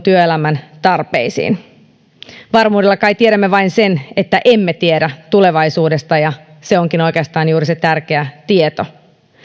työelämän tarpeisiin varmuudella kai tiedämme vain sen että emme tiedä tulevaisuudesta ja se onkin oikeastaan juuri se tärkeä tieto